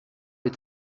est